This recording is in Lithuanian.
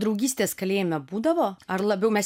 draugystės kalėjime būdavo ar labiau mes